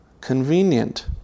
convenient